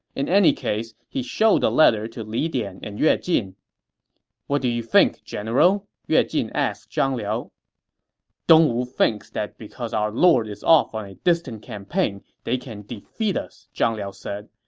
in any case, he showed the letter to li dian and yue jin what do you think, general? yue jin asked zhang liao dongwu thinks that because our lord is off on a distant campaign, they can defeat us, zhang liao said.